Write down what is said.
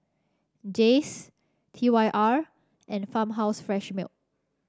Jays T Y R and Farmhouse Fresh Milk